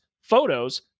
photos